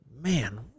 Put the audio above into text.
man